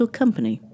Company